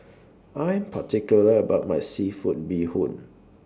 I'm particular about My Seafood Bee Hoon